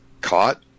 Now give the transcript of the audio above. caught